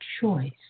choice